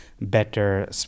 better